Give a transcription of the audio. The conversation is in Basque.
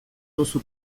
duzu